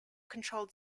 controlled